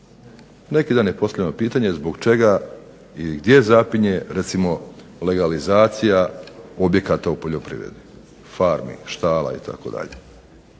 Neki dan je postavljeno pitanje, zbog čega i gdje zapinje legalizacija objekata u poljoprivredi, farmi, štala itd.?